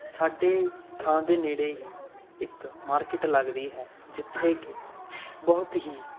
ਸਾਡੇ ਸਥਾਨ ਦੇ ਨੇੜੇ ਹੀ ਇੱਕ ਮਾਰਕੀਟ ਲੱਗਦੀ ਹੈ ਜਿੱਥੇ ਕਿ ਬਹੁਤ ਹੀ